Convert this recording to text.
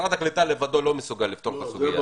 משרד הקליטה לבד לא יכול לפתור את הסוגיה.